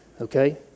Okay